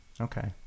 Okay